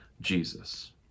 Jesus